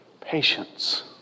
Patience